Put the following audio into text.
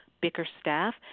Bickerstaff